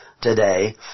today